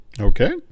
Okay